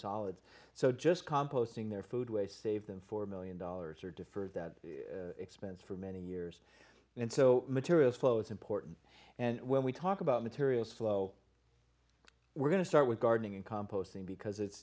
solids so just composting their food waste save them four million dollars or defer that expense for many years and so materials flow is important and when we talk about materials flow we're going to start with gardening and composting because it's